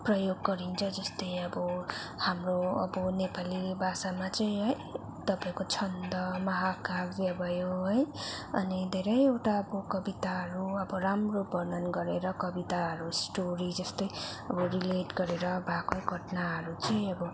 प्रयोग गरिन्छ जस्तै अब हाम्रो अब नेपाली भाषामा चाहिँ है तपाईँको छन्द महाकाव्य भयो है अनि धेरैवटा अब कविताहरू अब राम्रो वर्णन गरेर कविताहरू स्टोरी जस्तै अब रिलेट गरेर भएको घटनाहरू चाहिँ अब